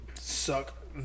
suck